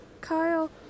Kyle